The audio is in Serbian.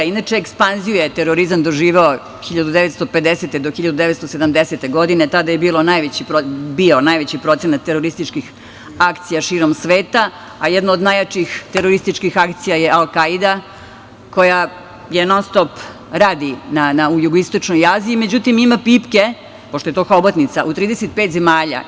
Inače, ekspanziju je terorizam doživeo 1950. do 1970. godine, tada je bio najveći procenat terorističkih akcija širom sveta, a jedno od najjačih terorističkih akcija je Al Kaida, koja non-stop radi u jugoistočnoj Aziji, međutim, ima pipke, pošto je to hobotnica, u 35 zemalja.